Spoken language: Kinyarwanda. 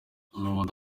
n’ubundi